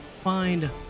find